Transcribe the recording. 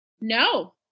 no